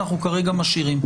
אנחנו כרגע משאירים.